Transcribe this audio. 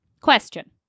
Question